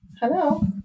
hello